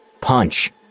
punch